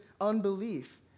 unbelief